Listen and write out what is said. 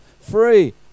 free